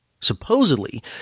supposedly